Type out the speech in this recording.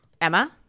Emma